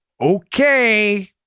Okay